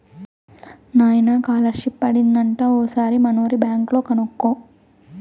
నాయనా కాలర్షిప్ పడింది అంట ఓసారి మనూరి బ్యాంక్ లో కనుకో